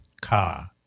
car